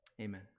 Amen